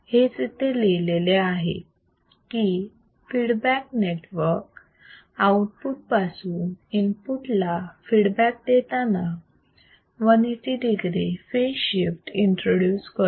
हेच इथे लिहिलेले आहे की फीडबॅक नेटवर्क आउटपुट पासून इनपुट ला फीडबॅक देताना 180 degree फेज शिफ्ट इंट्रोड्युस करतो